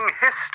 history